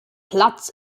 platz